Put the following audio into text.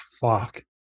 fuck